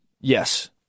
Yes